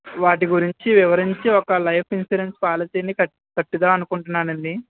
వాటి గురించి వివరించి ఒక లైఫ్ ఇన్సూరెన్స్ పాలిసీని కట్ కట్టిద్దాం అనుకుంటున్నానండి